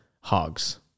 hogs